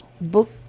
book